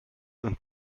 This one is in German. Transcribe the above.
und